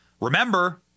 Remember